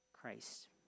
Christ